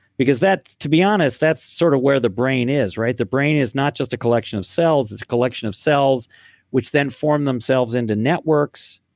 because that, to be honest, that's sort of where the brain is. the brain is not just a collection of cells, it's a collection of cells which then form themselves into networks,